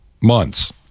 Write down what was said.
months